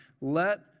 let